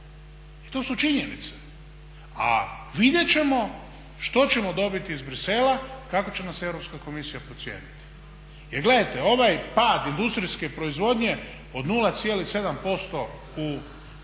i to su činjenice. A vidjet ćemo što ćemo dobiti iz Bruxellesa, kako će nas Europska komisija procijeniti. Jer gledajte, ovaj pad industrijske proizvodnje od 0,7% pardon